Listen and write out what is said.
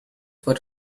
what